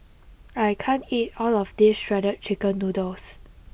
I can't eat all of this shredded chicken noodles